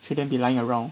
shouldn't be lying around